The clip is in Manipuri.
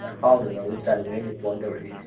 ꯑꯦ ꯍꯥꯎꯗꯅꯕꯨ ꯆꯥꯅꯤꯡꯕꯩꯅꯤ ꯐꯣꯟ ꯇꯧꯔꯛꯏꯁꯤ